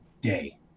day